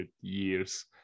years